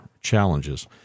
challenges